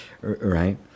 right